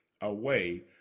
away